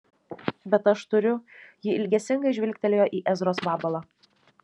bet aš turiu ji ilgesingai žvilgtelėjo į ezros vabalą